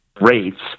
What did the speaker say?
rates